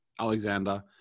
Alexander